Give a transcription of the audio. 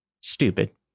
Stupid